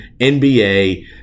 NBA